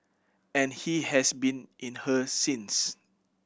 and he has been in her since